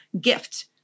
gift